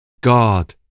God